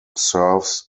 serves